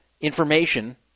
information